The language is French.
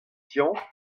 tian